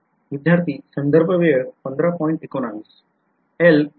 विध्यार्थी L'Hopital नियम बरोबर